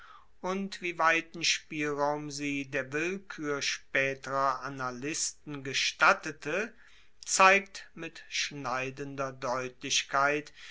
und wie weiten spielraum sie der willkuer spaeterer annalisten gestattete zeigt mit schneidender deutlichkeit